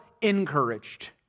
encouraged